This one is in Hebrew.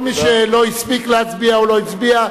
כל מי שלא הספיק להצביע או לא הצביע,